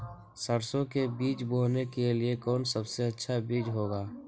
सरसो के बीज बोने के लिए कौन सबसे अच्छा बीज होगा?